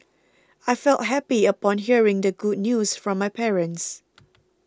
I felt happy upon hearing the good news from my parents